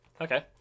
okay